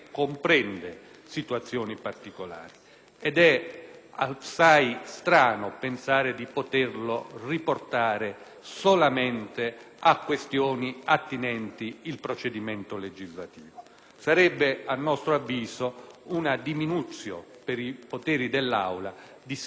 Sarebbe, a nostro avviso, una *deminutio* per i poteri dell'Aula di serie conseguenze.